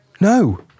no